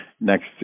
next